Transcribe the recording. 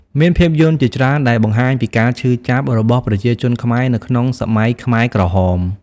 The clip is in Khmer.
មានភាពយន្តជាច្រើនដែលបង្ហាញពីការឈឺចាប់របស់ប្រជាជនខ្មែរនៅក្នុងសម័យខ្មែរក្រហម។